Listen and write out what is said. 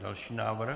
Další návrh.